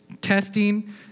testing